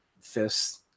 fists